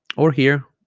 or here